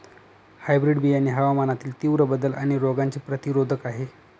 hybrid बियाणे हवामानातील तीव्र बदल आणि रोगांचे प्रतिरोधक आहे